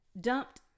dumped